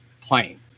playing